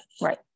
Right